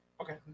Okay